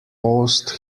post